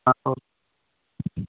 okay